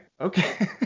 Okay